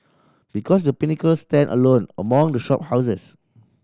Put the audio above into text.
because The Pinnacle stand alone among the shop houses